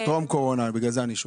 טרום קורונה, בגלל זה אני שואל.